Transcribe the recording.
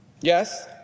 Yes